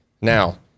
Now